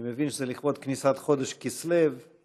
אני מבין שלכבוד כניסת חודש כסלו אנחנו